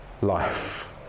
life